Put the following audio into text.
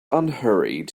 unhurried